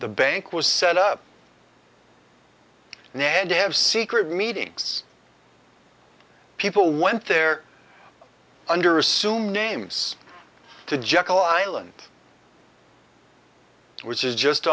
the bank was set up and they had to have secret meetings people went there under assumed names to jekyll island which is just